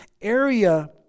area